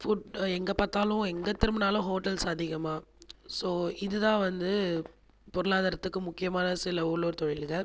food எங்கே பார்த்தாலும் எங்கே திரும்பினாலும் ஹோட்டல்ஸ் அதிகமாக ஸோ இதுதான் வந்து பொருளாதாரத்துக்கு முக்கியமான சில உள்ளூர் தொழில்கள்